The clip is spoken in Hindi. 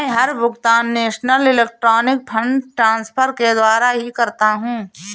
मै हर भुगतान नेशनल इलेक्ट्रॉनिक फंड्स ट्रान्सफर के द्वारा ही करता हूँ